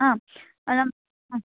ಹಾಂ ನಮ್ಮ ಹ್ಞೂ